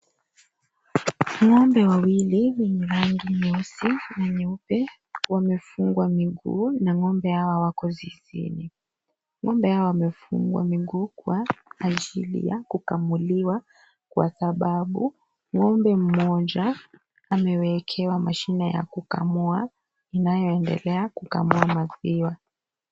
Ngombe wawili wenye rangi nyeusi na nyeupe wamefungwa miguu na ng'ombe hawa wako zizini. Ng'ombe hawa wamefungwa miguu kwa ajili ya kukamuliwa kwa sababu ng'ombe mmoja amewekelewa mashine ya kukamua inayoendelea kukamua maziwa.